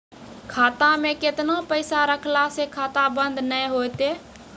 खाता मे केतना पैसा रखला से खाता बंद नैय होय तै?